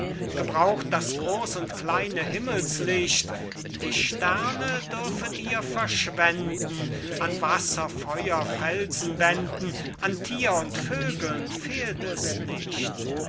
gebraucht das groß und kleine himmelslicht die sterne dürfet ihr verschwenden an wasser feuer felsenwänden an thier und vögeln fehlt es nicht